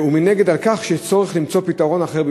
ומנגד על כך שיש צורך למצוא פתרון אחר,